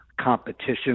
competition